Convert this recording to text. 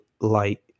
light